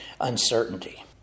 uncertainty